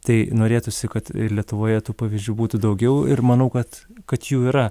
tai norėtųsi kad lietuvoje tų pavyzdžių būtų daugiau ir manau kad kad jų yra